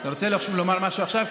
אתה רוצה לומר משהו עכשיו?